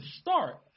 start